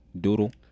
Doodle